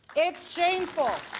it's shameful.